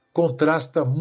contrasta